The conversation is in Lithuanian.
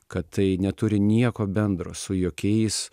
kad tai neturi nieko bendro su jokiais